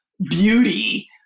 beauty